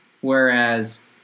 Whereas